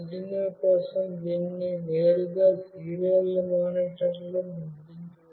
Arduino కోసం దీనిని నేరుగా సీరియల్ మానిటర్లో ముద్రించవచ్చు